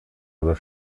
aber